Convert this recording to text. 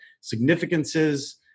significances